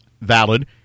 Valid